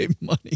money